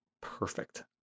perfect